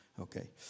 okay